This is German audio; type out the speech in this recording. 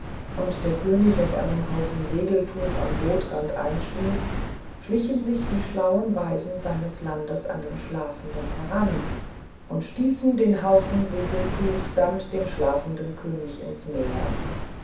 und der könig auf einem haufen segeltuch am bootrand einschlief schlichen sich die schlauen weisen seines landes an den schlafenden heran und stießen den haufen segeltuch samt dem schlafenden könig ins meer